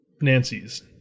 Nancy's